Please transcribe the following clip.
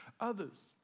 others